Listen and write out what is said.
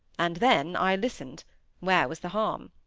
and then i listened where was the harm?